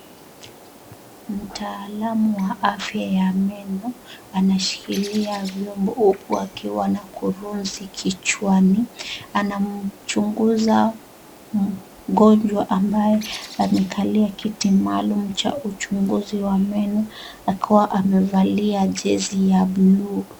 Mtaalamu wa afya ya meno, anashikilia vyombo huku akiwa na kurunzi kichwani. Anamchunguza mgonjwa ambaye amekalia kiti maalum cha uchunguzi wa meno akiwa amevalia jezi ya buluu.